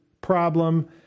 problem